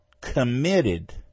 committed